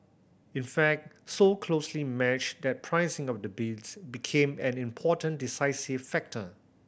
in fact so closely matched that pricing of the bids became an important decisive factor